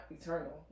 eternal